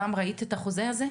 פעם ראית את החוזה הזה?